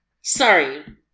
sorry